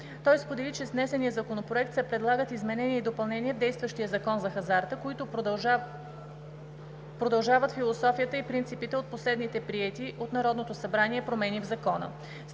Той сподели, че с внесения законопроект се предлагат изменения и допълнения в действащия Закон за хазарта, които продължават философията и принципите от последните приети от Народното събрание промени в Закона